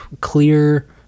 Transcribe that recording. clear